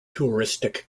touristic